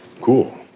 Cool